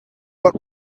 what